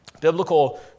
biblical